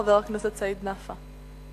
חבר הכנסת סעיד נפאע.